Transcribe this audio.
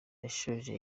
yashoje